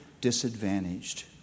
disadvantaged